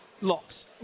locks